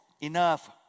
enough